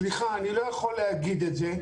לא, מאיר, אני לא יכול להגיד את זה.